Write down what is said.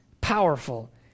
powerful